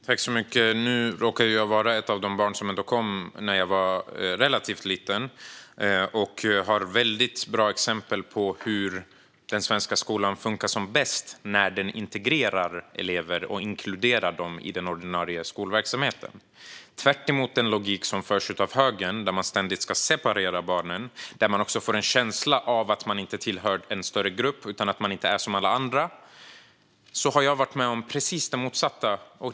Fru talman! Jag råkar vara ett av de barn som kom när jag var relativt liten. Jag har bra exempel på hur den svenska skolan funkar som bäst när den integrerar elever och inkluderar dem i den ordinarie skolverksamheten. Tvärtemot den logik som företräds av högern, där man ständigt ska separera barnen, som får en känsla av att inte tillhöra en större grupp och inte är som alla andra, har jag varit med om precis det motsatta.